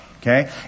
Okay